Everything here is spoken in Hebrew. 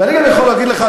ואני גם יכול להגיד לך,